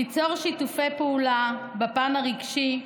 ליצור שיתופי פעולה בפן הרגשי,